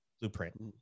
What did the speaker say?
blueprint